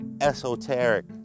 esoteric